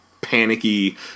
panicky